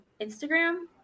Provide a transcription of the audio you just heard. Instagram